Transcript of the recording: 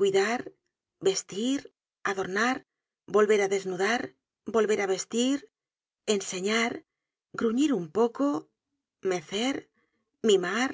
cuidar vestir adornar volver á desnudar volver á vestir enseñar gruñir un poco mecer mimar